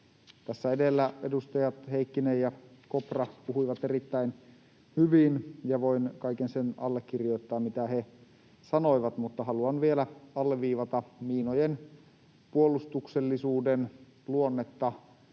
edustajat Heikkinen ja Kopra puhuivat erittäin hyvin, ja voin kaiken sen allekirjoittaa, mitä he sanoivat, mutta haluan vielä alleviivata miinojen puolustuksellisuuden luonnetta.